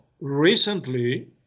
recently